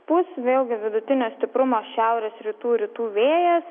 pūs vėlgi vidutinio stiprumo šiaurės rytų rytų vėjas